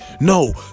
No